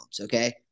okay